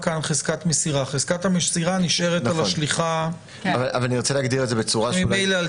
במכתב שנשלח על ידי עורך דין אשכנזי מטעם מערך הסייבר,